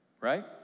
right